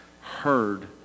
heard